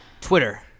Twitter